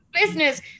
business